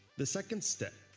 the second step,